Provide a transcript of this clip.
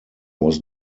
was